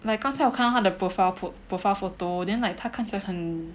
like 刚才我看到她的 profile profile photo then like 她看起来很